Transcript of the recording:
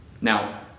Now